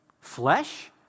flesh